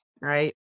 right